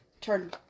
Turn